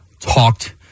talked